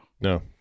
No